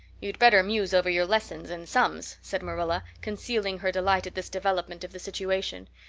you'd better muse over your lessons and sums, said marilla, concealing her delight at this development of the situation.